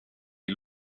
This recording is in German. die